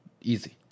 easy